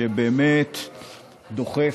שבאמת דוחף,